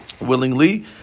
willingly